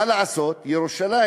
מה לעשות, ירושלים